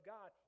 God